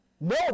No